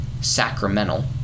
sacramental